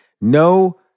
No